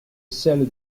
celle